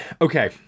Okay